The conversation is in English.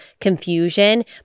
confusion